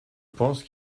pense